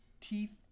teeth